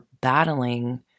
battling